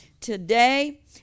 Today